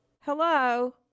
Hello